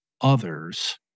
others